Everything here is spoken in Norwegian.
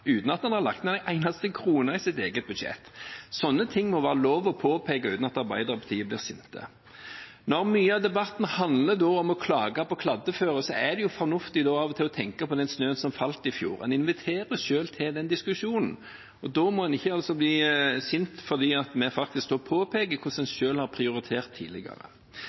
uten at en har lagt ned en eneste krone i sitt eget budsjett. Slike ting må det være lov å påpeke uten at Arbeiderpartiet blir sinte. Når mye av debatten handler om å klage på kladdeføre, er det fornuftig av og til å tenke på den snøen som falt i fjor. En inviterer selv til den diskusjonen, og da må en ikke bli sint fordi vi påpeker hvordan en selv har prioritert tidligere.